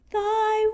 Thy